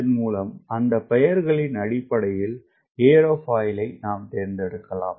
இதன் மூலம் அந்த பெயர்களின் அடிப்படையில் ஏரோஃபாயில் தேர்ந்தெடுக்கலாம்